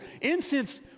incense